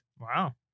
Wow